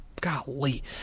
golly